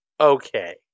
okay